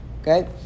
Okay